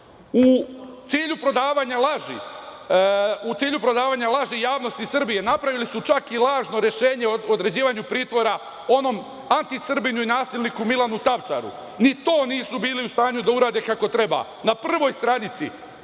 cilju prodavanja laži javnosti Srbije napravili su čak i lažno Rešenje o određivanju pritvora onom antisrbinu i nasilniku Milanu Tavčaru. Ni to nisu bili u stanju da urade kako treba. Na prvoj stranici,